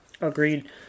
Agreed